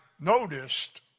noticed